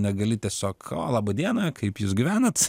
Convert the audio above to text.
negali tiesiog o laba diena kaip jūs gyvenat